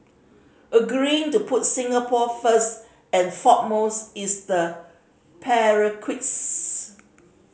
agreeing to put Singapore first and foremost is the